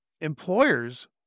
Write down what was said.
Employers